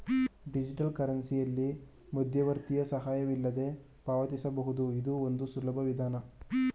digital ಕರೆನ್ಸಿಯಲ್ಲಿ ಮಧ್ಯವರ್ತಿಯ ಸಹಾಯವಿಲ್ಲದೆ ವಿವರಿಸಬಹುದು ಇದು ಒಂದು ಸುಲಭ ವಿಧಾನ